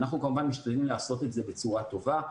אנחנו כמובן משתדלים לעשות את זה בצורה טובה,